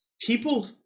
people